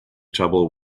trouble